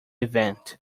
event